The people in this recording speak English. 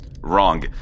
wrong